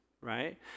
right